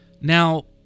Now